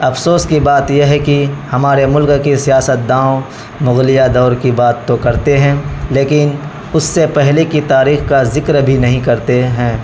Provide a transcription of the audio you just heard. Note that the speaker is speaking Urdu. افسوس کی بات یہ ہے کہ ہمارے ملک کی سیاست دانوں مغلیہ دور کی بات تو کرتے ہیں لیکن اس سے پہلے کی تاریخ کا ذکر بھی نہیں کرتے ہیں